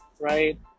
right